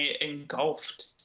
engulfed